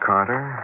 Carter